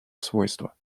свойства